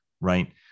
right